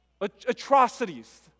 Atrocities